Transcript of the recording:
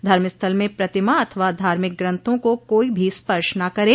धर्मस्थल में प्रतिमा अथवा धार्मिक ग्रन्थों को कोई भी स्पर्श न करे